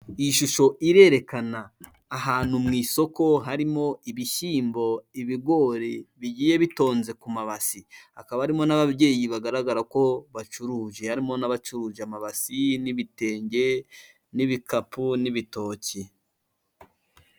Iyi shusho irerekana ahantu mu isoko harimo ibishyimbo, ibigori, bigiye bitonze ku mabase. Akaba arimo n'ababyeyi bagaragara ko bacuruje, harimo n'abacuruje amabasi n'ibitenge n'ibikapu n'ibitoki.